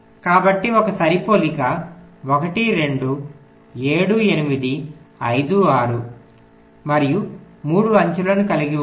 కాబట్టి ఒక సరిపోలిక 1 2 7 8 5 6 మరియు 3 అంచులను కలిగి ఉంటుంది